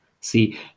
see